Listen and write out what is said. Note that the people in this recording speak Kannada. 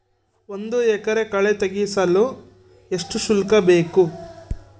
ಒಂದು ಎಕರೆ ಕಳೆ ತೆಗೆಸಲು ಎಷ್ಟು ಶುಲ್ಕ ಬೇಕು?